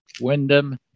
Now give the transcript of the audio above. Wyndham